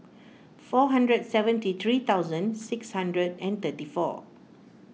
four hundred and seventy three thousand six hundred and thirty four